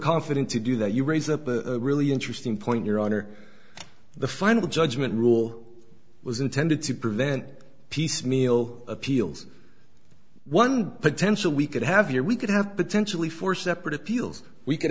confident to do that you raise a really interesting point your honor the final judgment rule was intended to prevent piecemeal appeals one potential we could have your we could have potentially four separate appeals we c